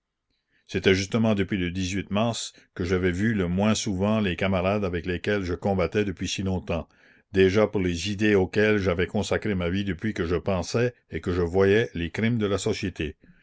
c'était justement depuis le mars que j'avais vu le moins souvent les camarades avec lesquels je combattais depuis si longtemps déjà pour les idées auxquelles j'avais consacré ma vie depuis que je pensais et que je voyais les crimes de la société